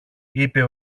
είπε